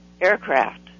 aircraft